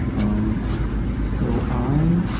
um so i